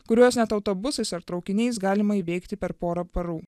kuriuos net autobusais ar traukiniais galima įveikti per porą parų